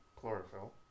Chlorophyll